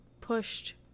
pushed